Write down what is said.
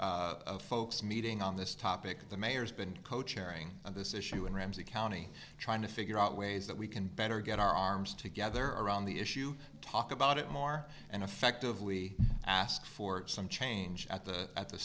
of folks meeting on this topic the mayor's been co chairing on this issue and ramsey county trying to figure out ways that we can better get our arms together around the issue talk about it more and and effectively asked for some change at the at the